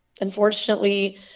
unfortunately